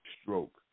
stroke